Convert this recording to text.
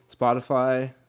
Spotify